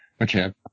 okay